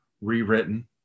rewritten